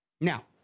Now